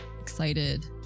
excited